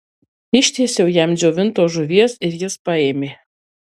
ištiesiau jam džiovintos žuvies ir jis paėmė